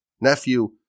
nephew